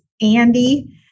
Andy